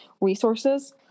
resources